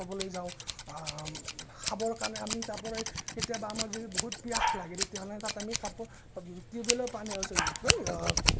ক'বলৈ যাওঁ খাবৰ কাৰণে আমি তাৰ পৰাই কেতিয়াবা আমাৰ যদি বহুত পিয়াহ লাগে তেতিয়াহ'লে তাত আমি কাপোৰ টিউবেলৰ পানী অ'হ ছৰি কি কয়